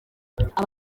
abantu